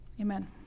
Amen